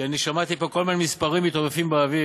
כי אני שמעתי פה כל מיני מספרים מתעופפים באוויר.